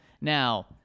Now